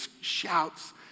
shouts